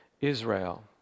Israel